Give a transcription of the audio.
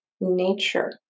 nature